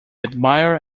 admire